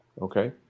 okay